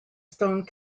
stone